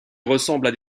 ressemblent